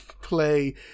play